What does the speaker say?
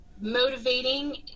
motivating